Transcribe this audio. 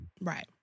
Right